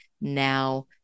now